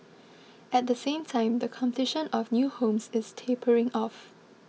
at the same time the completion of new homes is tapering off